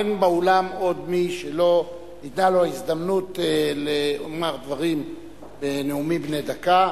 אין באולם עוד מי שלא ניתנה לו ההזדמנות לומר דברים בנאומים בני דקה.